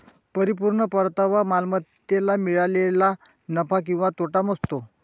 परिपूर्ण परतावा मालमत्तेला मिळालेला नफा किंवा तोटा मोजतो